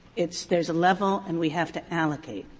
it's there's a level and we have to allocate.